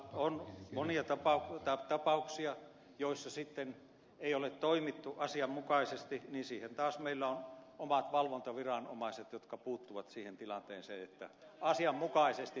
on monia tapauksia joissa sitten ei ole toimittu asianmukaisesti ja siihen taas meillä on omat valvontaviranomaiset jotka puuttuvat siihen tilanteeseen jotta asianmukaisesti